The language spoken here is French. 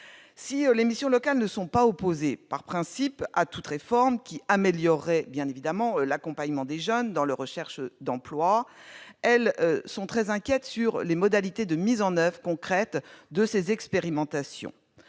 Si ces dernières ne sont pas opposées, par principe, à toute réforme qui améliorerait, cela va de soi, l'accompagnement des jeunes dans leur recherche d'emploi, elles sont très inquiètes quant aux modalités de mise en oeuvre concrète de ces expérimentations.